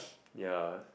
ya